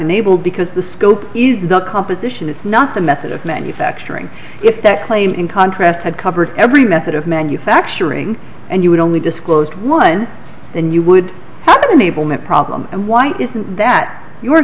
unable because the scope is the composition if not the method of manufacturing if that claim in contrast had covered every method of manufacturing and you would only disclosed one and you would have been able no problem and why isn't that your